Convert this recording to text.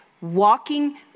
walking